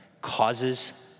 causes